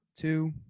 Two